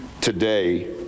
today